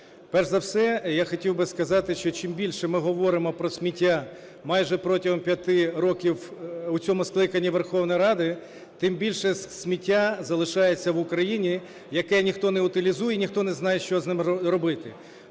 Перш за все я хотів би сказати, що чим більше ми говоримо про сміття майже протягом 5 років у цьому скликанні Верховної Ради, тим більше сміття залишається в Україні, яке ніхто не утилізує і ніхто не знає, що з ним робити.